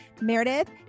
Meredith